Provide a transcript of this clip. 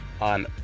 on